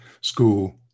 school